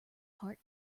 heart